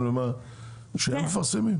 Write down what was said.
מה שגם גרם למשבר בקואליציה הקודמת.